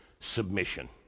submission